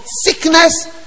sickness